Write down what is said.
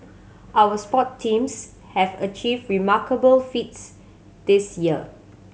our sport teams have achieved remarkable feats this year